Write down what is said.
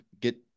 get